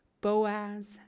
Boaz